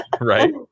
Right